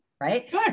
right